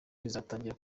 rizatangira